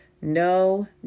no